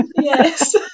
yes